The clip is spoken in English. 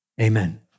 Amen